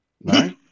No